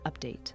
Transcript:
update